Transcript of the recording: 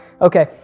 Okay